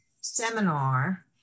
seminar